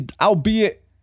Albeit